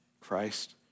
Christ